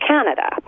Canada